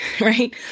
right